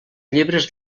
llibres